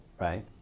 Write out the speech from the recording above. Right